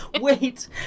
wait